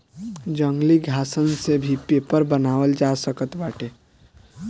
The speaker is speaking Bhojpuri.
जंगली घासन से भी पेपर बनावल जा सकत बाटे